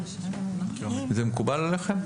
זה מקובל עליכם?